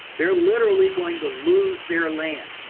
they are literally going to lose their land.